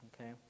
okay